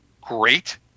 great –